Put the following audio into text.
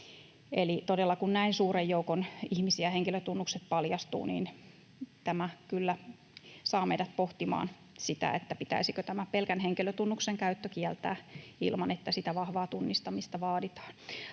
kun näin suurella joukolla ihmisiä henkilötunnukset paljastuvat, tämä kyllä saa meidät pohtimaan sitä, pitäisikö kieltää tämä pelkän henkilötunnuksen käyttö, ilman että sitä vahvaa tunnistamista vaaditaan.